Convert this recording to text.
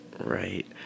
right